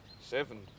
seven